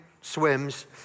swims